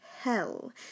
hell